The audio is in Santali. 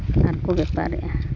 ᱟᱨᱠᱚ ᱵᱮᱯᱟᱨᱮᱫᱼᱟ